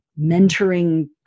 mentoring